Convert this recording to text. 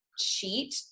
sheet